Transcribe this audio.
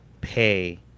pay